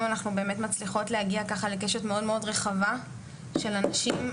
היום אנחנו באמת מצליחות להגיע לקשת מאוד מאוד רחבה של אנשים,